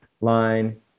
line